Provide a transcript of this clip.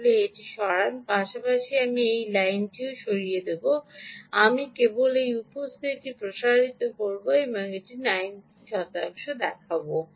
আসলে এটি সরান পাশাপাশি আমি এই লাইনটিও সরিয়ে দেব আমি কেবল এই উপস্থিতিটি প্রসারিত করব এবং এটি 90 শতাংশে দেখাব